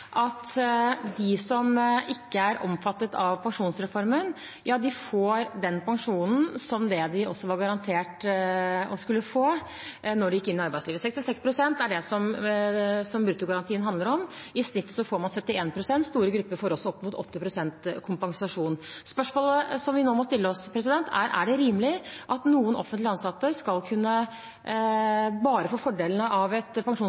at de som ikke er omfattet av pensjonsreformen, får den pensjonen som de var garantert å skulle få da de gikk inn i arbeidslivet. 66 pst. er det bruttogarantien handler om. I snitt får man 71 pst. Store grupper får også opp mot 80 pst. kompensasjon. Spørsmålet som vi nå må stille oss, er: Er det rimelig at noen offentlig ansatte skal kunne få bare fordelene av et